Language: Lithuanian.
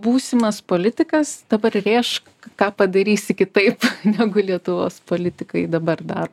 būsimas politikas dabar rėžk ką padarysi kitaip negu lietuvos politikai dabar dar